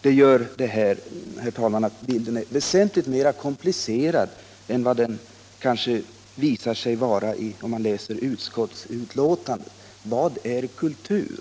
Det gör, herr talman, att bilden är väsentligt mer komplicerad än vad den kanske förefaller att vara när man läser utskottsbetänkandet. Vad är kultur?